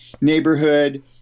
neighborhood